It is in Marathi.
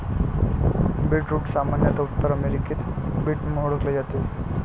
बीटरूट सामान्यत उत्तर अमेरिकेत बीट म्हणून ओळखले जाते